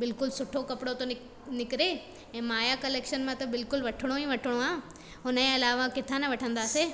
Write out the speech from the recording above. बिल्कुलु सुठो कपिड़ो थो नि निकिरे ऐं माया कलैक्शन मां त बिल्कुलु वठिणो ई वठिणो आहे हुन जे अलावा किथां न वठंदासीं